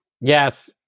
Yes